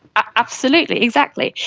absolutely, exactly,